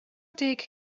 deg